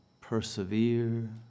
persevere